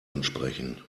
entsprechen